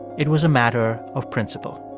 it was a matter of principle